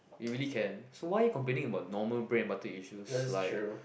we really can so why you complaining about normal bread and butter issues like